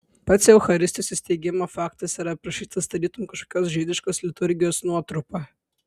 pats eucharistijos įsteigimo faktas yra aprašytas tarytum kažkokios žydiškos liturgijos nuotrupa